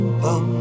bum